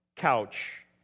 Couch